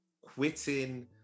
quitting